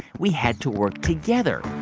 we had to work together.